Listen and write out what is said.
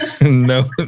no